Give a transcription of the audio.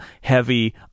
heavy